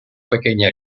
pequeña